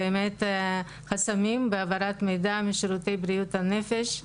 חסמים והעברת מידע משירותי בריאות הנפש ורווחה.